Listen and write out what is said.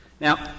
Now